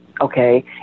Okay